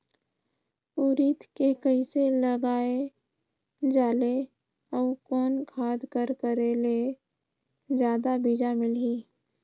उरीद के कइसे लगाय जाले अउ कोन खाद कर करेले जादा बीजा मिलही?